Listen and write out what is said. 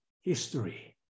history